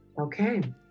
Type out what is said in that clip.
Okay